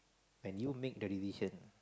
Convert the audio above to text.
when you make the decision